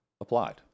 applied